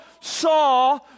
saw